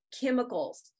chemicals